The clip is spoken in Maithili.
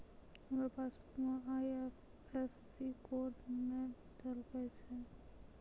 हमरो पासबुक मे आई.एफ.एस.सी कोड नै झलकै छै